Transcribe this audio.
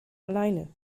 alleine